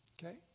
Okay